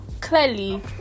clearly